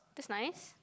that's nice